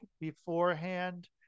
beforehand